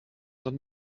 not